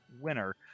winner